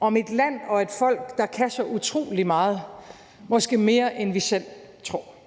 om et land og et folk, der kan så utrolig meget – måske mere, end vi selv tror.